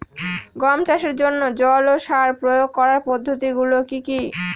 গম চাষের জন্যে জল ও সার প্রয়োগ করার পদ্ধতি গুলো কি কী?